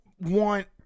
want